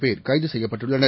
பேர்கைதுசெய்யப்பட்டுள்ளனர்